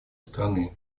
страны